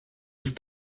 ist